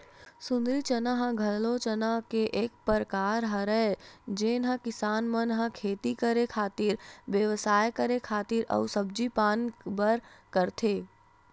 सुंदरी चना ह घलो चना के एक परकार हरय जेन ल किसान मन ह खेती करे खातिर, बेवसाय करे खातिर अउ सब्जी पान बर करथे